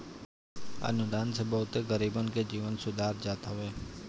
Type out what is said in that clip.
अनुदान से बहुते गरीबन के जीवन सुधार जात हवे